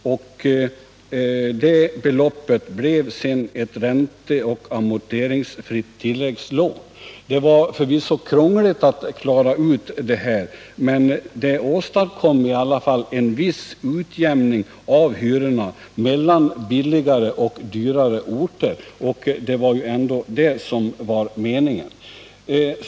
Summan blev ett ränteoch amorteringsfritt tilläggslån. Det var förvisso krångligt att räkna ut det här, men det åstadkom i alla fall en viss utjämning av hyrorna mellan från byggkostnadssynpunkt billigare och dyrare orter, och det var ju ändå det som var meningen.